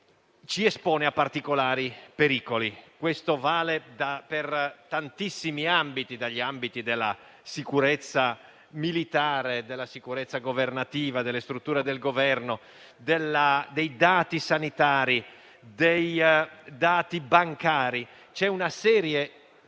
ci espone a particolari pericoli e ciò vale per tantissimi ambiti, dalla sicurezza militare, alla sicurezza governativa, a quella delle strutture del Governo, dei dati sanitari, dei dati bancari. È una serie